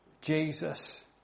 Jesus